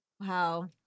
Wow